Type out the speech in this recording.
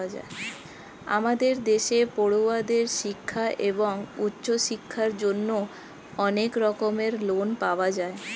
আমাদের দেশে পড়ুয়াদের শিক্ষা এবং উচ্চশিক্ষার জন্য অনেক রকমের লোন পাওয়া যায়